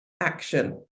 action